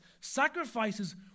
Sacrifices